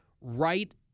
right